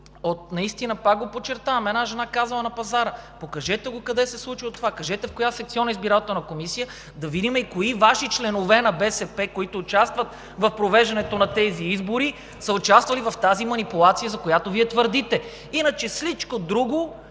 пример, пак го подчертавам – една жена казала на пазара. Покажете го къде се случва това, кажете в коя секционна избирателна комисия, да видим кои Ваши членове на БСП, които участват в провеждането на тези избори, са участвали в тази манипулация, за която Вие твърдите. Иначе всичко друго